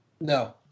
No